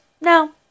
No